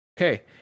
Okay